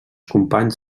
companys